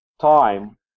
time